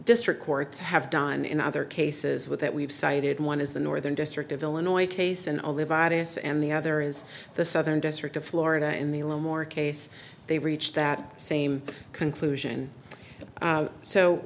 district courts have done in other cases with that we've cited one is the northern district of illinois case and a live audience and the other is the southern district of florida in the law more case they reach that same conclusion